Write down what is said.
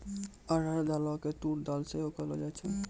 अरहर दालो के तूर दाल सेहो कहलो जाय छै